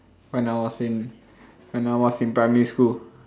when I was in when I was in primary school